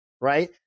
right